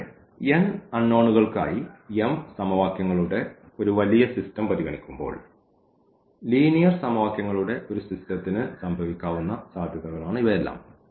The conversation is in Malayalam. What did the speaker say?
കൂടാതെ n അൺനോണുകൾക്കായി m സമവാക്യങ്ങളുടെ ഒരു വലിയ സിസ്റ്റം പരിഗണിക്കുമ്പോൾ ലീനിയർ സമവാക്യങ്ങളുടെ ഒരു സിസ്റ്റത്തിന് സംഭവിക്കാവുന്ന സാധ്യതകളാണ് ഇവയെല്ലാം